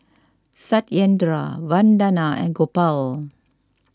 Satyendra Vandana and Gopal